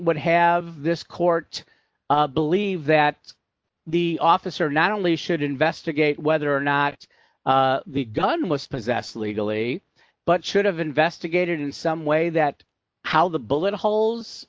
would have this court believe that the officer not only should investigate whether or not the gun was possessed legally but should have investigated in some way that how the bullet holes